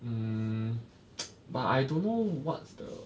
um but I don't know what's the